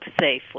safely